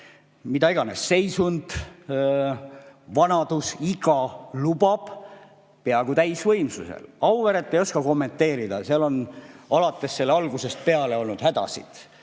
mis iganes, seisund, vanadus või iga lubab, peaaegu täisvõimsusel. Auvere kohta ei oska kommenteerida, seal on alates selle algusest peale olnud hädasid